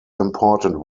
important